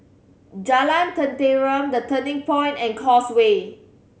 Jalan Tenteram The Turning Point and Causeway